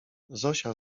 zosia